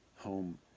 home